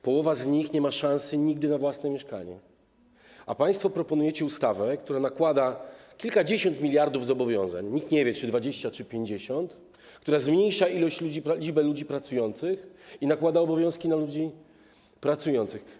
Połowa z nich nie ma szansy na własne mieszkanie, nigdy, a państwo proponujecie ustawę, która nakłada kilkadziesiąt miliardów zobowiązań, nikt nie wie, czy 20 czy 50, która zmniejsza liczbę ludzi pracujących i nakłada obowiązki na ludzi pracujących.